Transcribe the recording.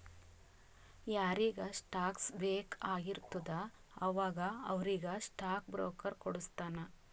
ಯಾರಿಗ್ ಸ್ಟಾಕ್ಸ್ ಬೇಕ್ ಆಗಿರ್ತುದ ಅವಾಗ ಅವ್ರಿಗ್ ಸ್ಟಾಕ್ ಬ್ರೋಕರ್ ಕೊಡುಸ್ತಾನ್